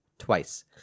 twice